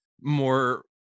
more